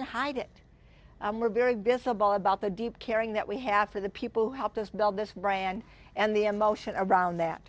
and hide it we're very visible about the deep caring that we have for the people who helped us build this brand and the emotion around that